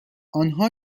آنها